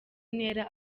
ntera